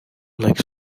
like